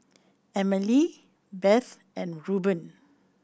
Emely Beth and Reubin